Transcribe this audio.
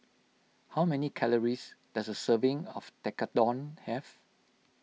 how many calories does a serving of Tekkadon have